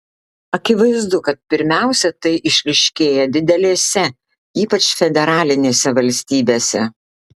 akivaizdu kad pirmiausia tai išryškėja didelėse ypač federalinėse valstybėse